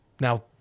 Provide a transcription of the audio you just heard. now